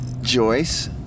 joyce